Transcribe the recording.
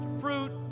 fruit